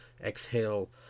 exhale